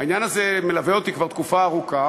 העניין הזה מלווה אותי כבר תקופה ארוכה,